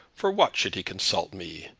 for what should he consult me?